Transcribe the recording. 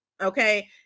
okay